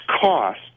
cost